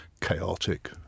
chaotic